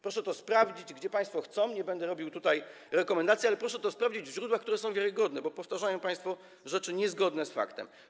Proszę to sprawdzić, gdzie państwo chcą, nie będę robił tutaj rekomendacji, ale proszę to sprawdzić w źródłach, które są wiarygodne, bo powtarzają państwo rzeczy niezgodne z faktami.